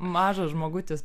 mažas žmogutis